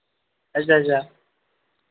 अच्छा अच्छा